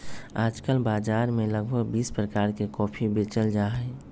आजकल बाजार में लगभग बीस प्रकार के कॉफी बेचल जाहई